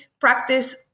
practice